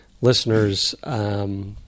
listeners –